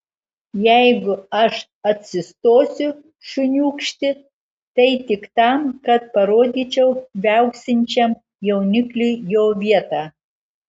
jeigu aš atsistosiu šuniūkšti tai tik tam kad parodyčiau viauksinčiam jaunikliui jo vietą